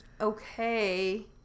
okay